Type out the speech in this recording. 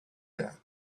that